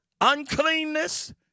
uncleanness